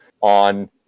on